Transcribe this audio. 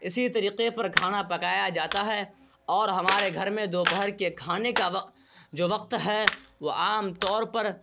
اسی طریقے پر کھانا پکایا جاتا ہے اور ہمارے گھر میں دوپہر کے کھانے کا وقت جو وقت ہے وہ عام طور پر